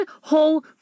whole